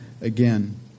again